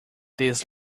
this